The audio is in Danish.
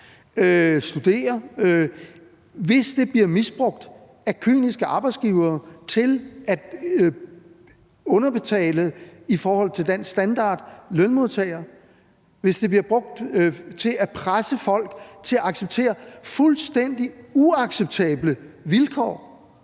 studere, hvis det bliver misbrugt af kyniske arbejdsgivere til at underbetale lønmodtagere i forhold til dansk standard, hvis det bliver brugt til at presse folk til at acceptere fuldstændig uacceptable vilkår,